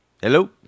Hello